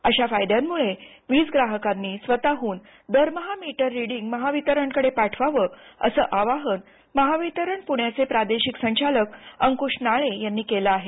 अश्या फायद्यांमुळे वीजग्राहकांनी स्वतःहन दरमहा मीटर रिडींग महावितरणकडे पाठवावं असं आवाहन महावितरण पुण्याचे प्रादेशिक संचालक अंकुश नाळे यांनी केलं आहे